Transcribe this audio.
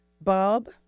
Bob